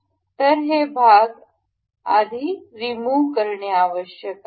तर हे भाग आधीच रिमुव्ह करणे आवश्यक आहे